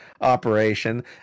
operation